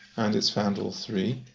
and it's found all three.